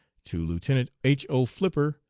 to lieutenant h. o. flipper,